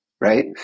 Right